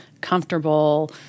comfortable